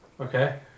Okay